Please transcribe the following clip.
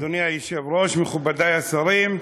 אדוני היושב-ראש, מכובדי השרים,